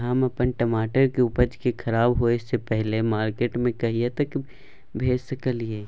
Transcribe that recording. हम अपन टमाटर के उपज के खराब होय से पहिले मार्केट में कहिया तक भेज सकलिए?